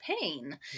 pain